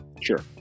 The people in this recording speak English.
Sure